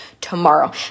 tomorrow